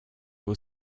will